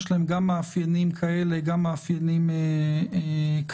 יש להם גם מאפיינים כאלה וגם מאפיינים כאלה.